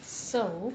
so